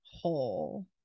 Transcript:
whole